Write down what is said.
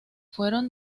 fueron